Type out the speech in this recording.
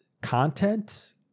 content